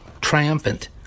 Triumphant